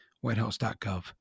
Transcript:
whitehouse.gov